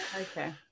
okay